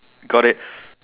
got it